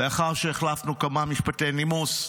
לאחר שהחלפנו כמה משפטי נימוס: